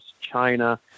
China